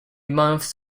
months